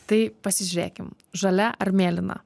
tai pasižiūrėkim žalia ar mėlyna